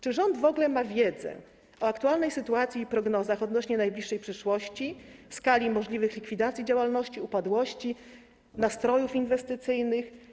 Czy rząd w ogóle ma wiedzę o aktualnej sytuacji i prognozach odnośnie do najbliższej przyszłości, skali możliwych likwidacji działalności, upadłości i nastrojów inwestycyjnych?